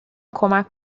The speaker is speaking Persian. کمک